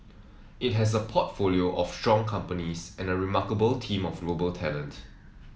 it has a portfolio of strong companies and a remarkable team of global talent